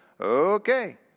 Okay